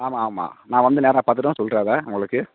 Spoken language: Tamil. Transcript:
ஆமாம் ஆமாம் நான் வந்து நேராக பார்த்துட்டும் சொல்கிறேன் அதை உங்களுக்கு